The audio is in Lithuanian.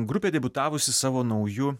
grupė debiutavusi savo nauju